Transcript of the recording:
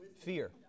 Fear